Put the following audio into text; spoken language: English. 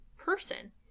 person